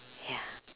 ya